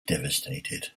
devastated